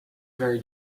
very